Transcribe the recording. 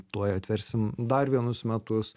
tuoj atversim dar vienus metus